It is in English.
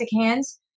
hands